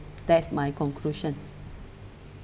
that's my conclusion